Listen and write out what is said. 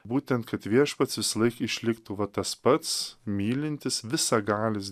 būtent kad viešpats vislaik išliktų va tas pats mylintis visagalis